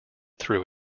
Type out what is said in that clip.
through